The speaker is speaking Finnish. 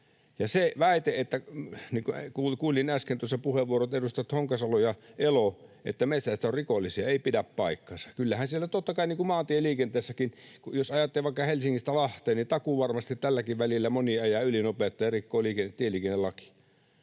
Se väite — kuulin äsken tuossa puheenvuorot edustajilta Honkasalo ja Elo — että metsästäjät ovat rikollisia, ei pidä paikkaansa. Kyllähän siellä totta kai, niin kuin maantieliikenteessäkin... Jos ajatte vaikka Helsingistä Lahteen, niin takuuvarmasti tälläkin välillä moni ajaa ylinopeutta ja rikkoo tieliikennelakia.